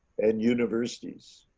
and universities.